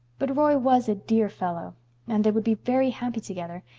but roy was a dear fellow and they would be very happy together,